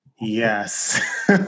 yes